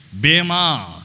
Bema